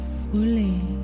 fully